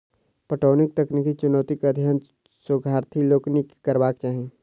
पटौनीक तकनीकी चुनौतीक अध्ययन शोधार्थी लोकनि के करबाक चाही